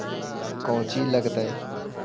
कौची लगतय?